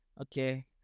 Okay